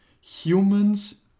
humans